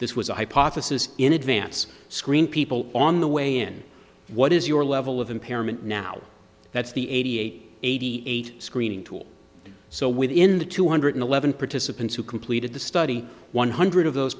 this was a hypothesis in advance screen people on the way in what is your level of impairment now that's the eighty eight eighty eight screening tool so within the two hundred eleven participants who completed the study one hundred of those